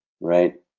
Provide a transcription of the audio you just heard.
right